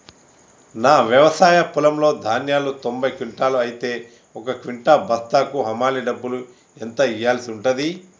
నా వ్యవసాయ పొలంలో ధాన్యాలు తొంభై క్వింటాలు అయితే ఒక క్వింటా బస్తాకు హమాలీ డబ్బులు ఎంత ఇయ్యాల్సి ఉంటది?